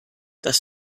dass